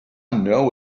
know